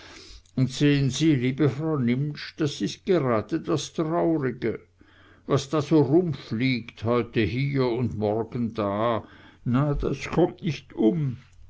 und sehen sie liebe frau nimptsch das is grade das traurige was da so rumfliegt heute hier un morgen da na das kommt nicht um